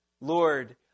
lord